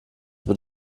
wird